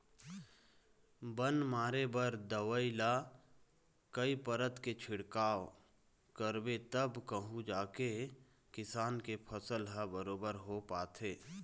बन मारे बर दवई ल कई परत के छिड़काव करबे तब कहूँ जाके किसान के फसल ह बरोबर हो पाथे